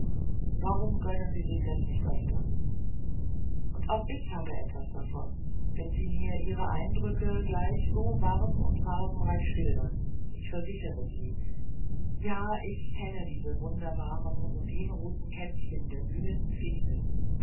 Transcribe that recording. warum gönnen sie sich das nicht öfters und auch ich habe etwas davon wenn sie mir ihre eindrücke gleich so warm und farbenreich schildern ich versichere sie ja ich kenne die wunderbaren rubinroten kätzchen der blühenden fichte